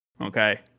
Okay